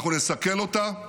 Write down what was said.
אנחנו נסכל אותה,